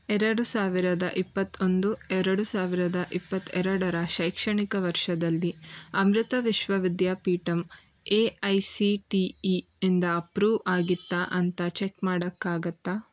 ಎರಡು ಸಾವಿರದ ಇಪ್ಪತ್ತೊಂದು ಎರಡು ಸಾವಿರದ ಇಪ್ಪತ್ತೆರಡರ ಶೈಕ್ಷಣಿಕ ವರ್ಷದಲ್ಲಿ Amrita Vishwa Vidyapeetham A I C T ಇಯಿಂದ ಅಪ್ರೂವ್ ಆಗಿತ್ತಾ ಅಂತ ಚೆಕ್ ಮಾಡೋಕ್ಕಾಗತ್ತಾ